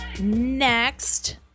Next